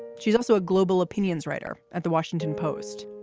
she's also a global opinions writer at the washington post.